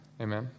amen